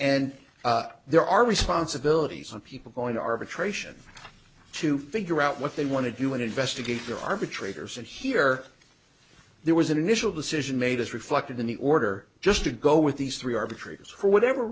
and there are responsibilities and people going to arbitration to figure out what they want to do and investigate the arbitrator said here there was an initial decision made as reflected in the order just to go with these three arbitrators for whatever